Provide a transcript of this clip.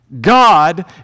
God